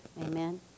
Amen